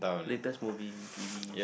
latest movie in T_V